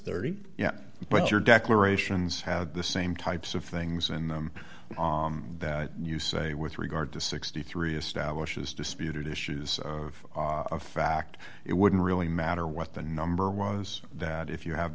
thirty yet but your declarations have the same types of things in them that you say with regard to sixty three establishes disputed issues of fact it wouldn't really matter what the number was that if you have